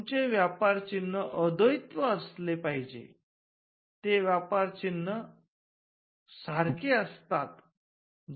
तुमचे व्यापारचिन्ह अद्वैत्व असले पाहिजे ते कुठूनच इतरां सारखे असता नये